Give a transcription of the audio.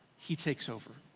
he takes over,